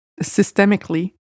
systemically